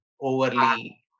overly